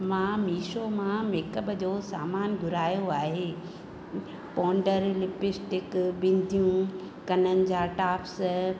मां मीशो मां मेकअप जो सामान घुरायो आहे पोन्डर लिपिस्टिक बिंदियू कननि जा टाप्स